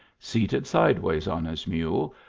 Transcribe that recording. seated sideways on his mule,